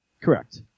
Correct